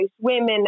Women